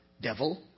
devil